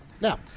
Now